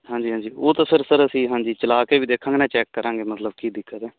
ਹਾਂਜੀ ਹਾਂਜੀ ਉਹ ਤਾਂ ਸਰ ਸਰ ਅਸੀਂ ਹਾਂਜੀ ਚਲਾ ਕੇ ਵੀ ਦੇਖਾਂਗੇ ਨਾ ਚੈੱਕ ਕਰਾਂਗੇ ਮਤਲਬ ਕੀ ਦਿੱਕਤ ਹੈ